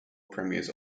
premiers